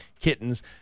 kittens